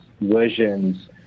versions